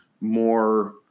more